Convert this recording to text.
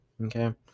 okay